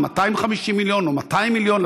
250 מיליון או 200 מיליון,